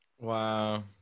Wow